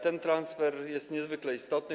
Ten transfer jest niezwykle istotny.